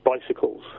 bicycles